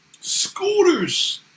Scooters